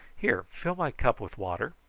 here, fill my cup with water.